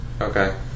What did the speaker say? Okay